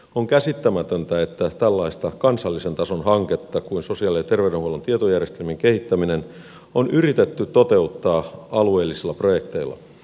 on käsittämätöntä että tällaista kansallisen tason hanketta kuin sosiaali ja terveydenhuollon tietojärjestelmien kehittäminen on yritetty toteuttaa alueellisilla projekteilla